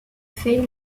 fait